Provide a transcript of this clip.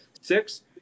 Six